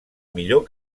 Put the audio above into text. millor